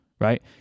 Right